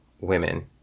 Women